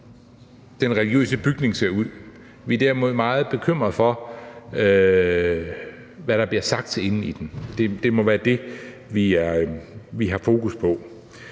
den religiøse bygning ser ud; vi er derimod meget bekymrede for, hvad der bliver sagt inde i den. Det må være det, vi har fokus på.